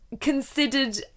considered